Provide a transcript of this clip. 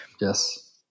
Yes